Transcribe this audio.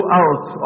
out